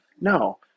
no